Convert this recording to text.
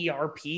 ERP